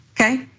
okay